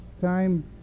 time